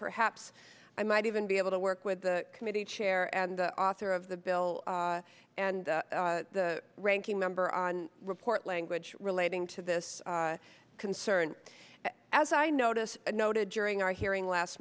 perhaps i might even be able to work with the committee chair and author of the bill and the ranking member on report language relating to this concern as i notice noted during our hearing last